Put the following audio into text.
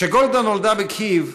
כשגולדה נולדה בקייב,